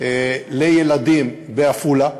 לילדים בעפולה,